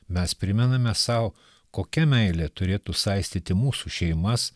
mes primename sau kokia meilė turėtų saistyti mūsų šeimas